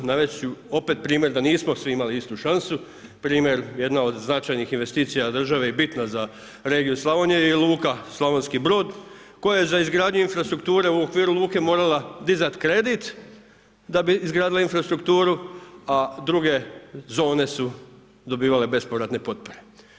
Navest ću opet primjer da nismo svi imali istu šansu, primjer jedna od značajnih investicija države i bitna za regiju Slavonija je i luka Slavonski Brod koja je za izgradnju infrastrukture u okviru luke morala dizati kredit da bi izgradila infrastrukturu, a druge zone su dobivale bespovratne potpore.